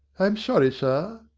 i'm sorry, sir,